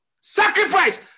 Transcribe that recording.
sacrifice